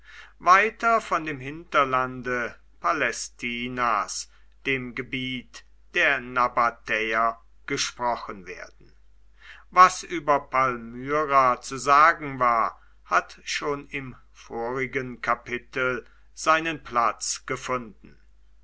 weiter von dem hinterlande palästinas dem gebiet der nabatäer gesprochen werden was über palmyra zu sagen war hat schon im vorigen kapitel seinen platz gefunden